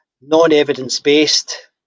non-evidence-based